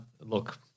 look